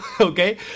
okay